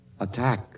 Attack